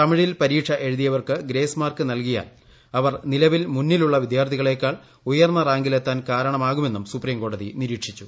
തമിഴിൽ പരീക്ഷ എഴുതിയവർക്ക് ഗ്രേസ് മാർക്ക് നൽകിയാൽ അവർ നിലവിൽ മുന്നിലുള്ള വിദ്യാർത്ഥികളേക്കാൾ ഉയർന്ന റാങ്കിലെത്താൻ കാരണമാകുമെന്നും സുപ്രീംകോടതി നിരീക്ഷിച്ചു